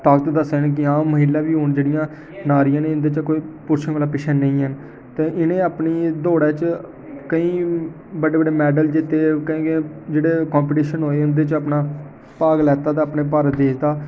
ताकत दस्सन की आं महिला बी हून जेह्ड़िया नारियां न इ'न्दे च कोई पुरशें कोला पिच्छें नेईं हैन ते इ'नें अपनी दौड़े च केईं बड्डे बड्डे मेडल जित्ते दे ते जेह्ड़े कॉम्पीशन होये उं'दे च अपना भाग लैता ते अपने भारत देश दा